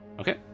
Okay